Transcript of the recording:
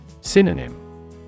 Synonym